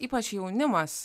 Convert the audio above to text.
ypač jaunimas